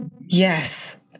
Yes